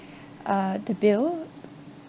uh the bill